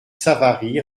savary